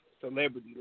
celebrity